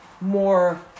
more